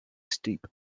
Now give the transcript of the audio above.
steep